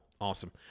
Awesome